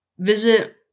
Visit